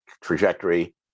trajectory